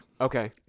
Okay